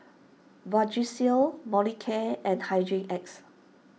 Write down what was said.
Vagisil Molicare and Hygin X